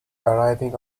arriving